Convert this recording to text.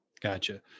Gotcha